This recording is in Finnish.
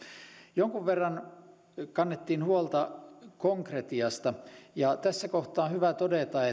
jonkun verran kannettiin huolta konkretiasta tässä kohtaa on hyvä todeta